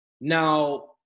Now